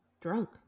drunk